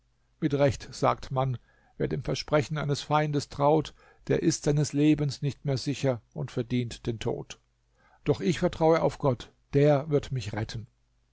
mit recht sagt man wer dem versprechen eines feindes traut der ist seines lebens nicht mehr sicher und verdient den tod doch ich vertraue auf gott der wird mich retten